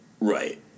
Right